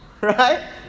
Right